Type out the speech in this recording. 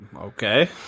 Okay